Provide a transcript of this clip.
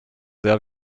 sehr